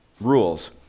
rules